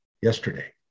yesterday